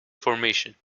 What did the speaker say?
formation